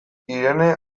irene